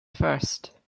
first